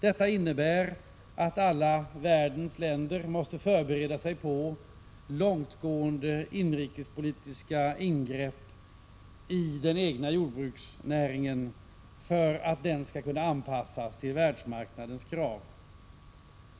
Detta innebär att alla världens länder måste förbereda sig på långtgående inrikespolitiska ingrepp i den egna jordbruksnäringen för att den skall kunna anpassas till världsmarknadens krav.